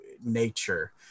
nature